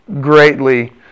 greatly